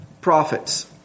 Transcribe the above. prophets